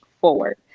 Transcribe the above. forward